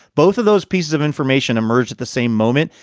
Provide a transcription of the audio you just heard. both of those pieces of information emerged at the same moment.